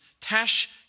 Tash